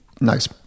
Nice